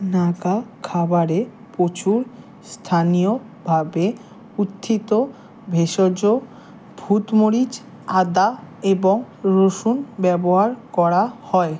নাগা খাবারে প্রচুর স্থানীয়ভাবে উত্থিত ভেষজ ভূত মরিচ আদা এবং রসুন ব্যবহার করা হয়